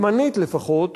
זמנית לפחות,